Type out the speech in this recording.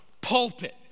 pulpit